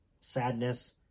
Sadness